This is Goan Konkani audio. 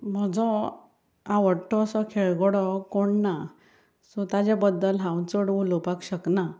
म्हजो आवडटो असो खेळगडो कोणूच ना सो ताचे बद्दल हांव चड उलोवपाक शकना